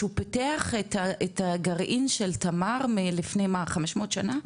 שהוא פיתח את הגרעין של תמר מלפני 500 שנה.